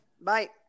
Bye